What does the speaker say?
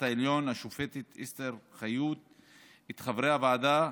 העליון השופטת אסתר חיות את חברי הוועדה,